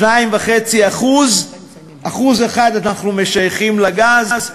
2.5% 1% אנחנו משייכים לגז,